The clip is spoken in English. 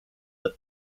the